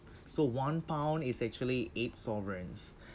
so one pound is actually eight sovereigns